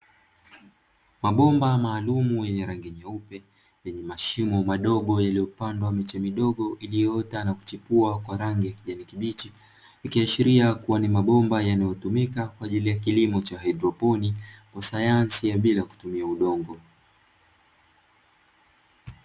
Mabomba maalumu yenye rangi nyeupe yenye mashimo madogo yaliyopandwa miche midogo, iliyoota na kuchipua kwa rangi ya kijani kibichi, ikiashiria kuwa ni mabomba yanayotumika kwa ajili ya kilimo cha haidroponi kwa sayansi ya bila kutumia udongo.